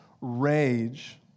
rage